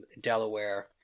Delaware